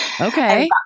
Okay